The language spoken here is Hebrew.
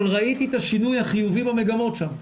אבל ראיתי את השינוי החיובי במגמות שם.